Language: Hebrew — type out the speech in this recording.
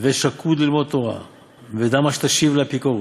הווי שקוד ללמוד ודע מה שתשיב לאפיקורוס,